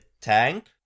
tank